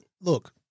look